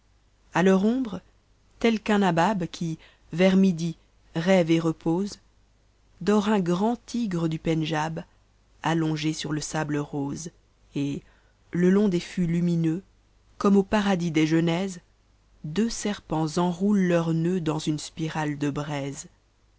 à leur ombre tel qu'un nabab qui vers midi rêve et repose dort un grand tigre du pèndj ab allongé sar le sable rose et je cn des mts jmmdnomx comme au paradis des genèses deux serpents enrobent leurs nœuds dans une spirale de bratscs